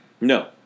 No